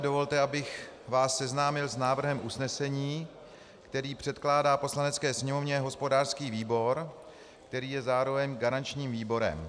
Dovolte, abych vás seznámil s návrhem usnesení, který předkládá Poslanecké sněmovně hospodářský výbor, který je zároveň garančním výborem.